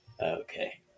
Okay